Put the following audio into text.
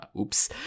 Oops